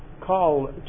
call